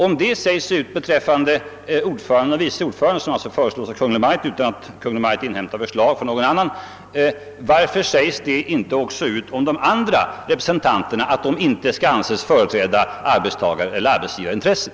Om detta sägs ut beträffande ordföranden och vice ordföranden, som alltså föreslås av Kungl. Maj:t utan förslag från organisationerna, varför sägs det inte också om de andra representanterna, att de inte skall anses företräda arbetstagareller = arbetsgivarintresse?